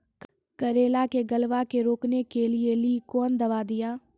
करेला के गलवा के रोकने के लिए ली कौन दवा दिया?